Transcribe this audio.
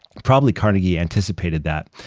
probably carnegie anticipated that.